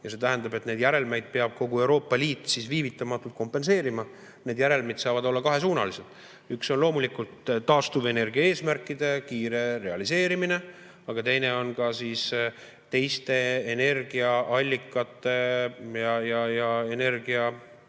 ja see tähendab, et need järelmid peab kogu Euroopa Liit viivitamatult kompenseerima. Need järelmid saavad olla kahesuunalised. Üks on loomulikult taastuvenergia eesmärkide kiire realiseerimine, aga teine on ka teiste energiaallikate ja energiavõimaluste